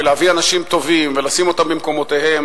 להביא אנשים טובים ולשים אותם במקומם,